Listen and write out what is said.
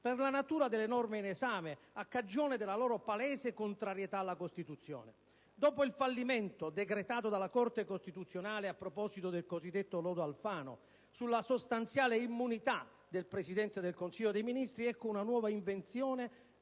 per la natura delle norme in esame a cagione della loro palese contrarietà alla Costituzione. Dopo il fallimento decretato dalla Corte costituzionale a proposito del cosiddetto lodo Alfano sulla sostanziale «immunità del Presidente del Consiglio dei ministri», ecco una nuova invenzione